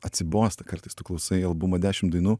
atsibosta kartais tu klausai albumą dešim dainų